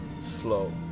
slow